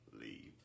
Leave